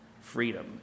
freedom